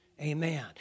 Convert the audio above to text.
Amen